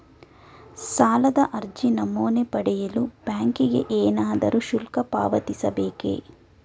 ಸಾಲದ ಅರ್ಜಿ ನಮೂನೆ ಪಡೆಯಲು ಬ್ಯಾಂಕಿಗೆ ಏನಾದರೂ ಶುಲ್ಕ ಪಾವತಿಸಬೇಕೇ?